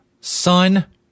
son